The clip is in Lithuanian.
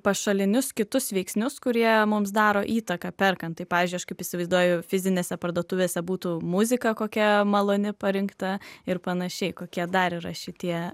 pašalinius kitus veiksnius kurie mums daro įtaką perkant tai pavyzdžiui aš kaip įsivaizduoju fizinėse parduotuvėse būtų muzika kokia maloni parinkta ir panašiai kokie dar yra šitie